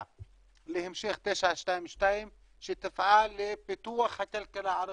להמשך 922 שתפעל לפיתוח הכלכלה הערבית.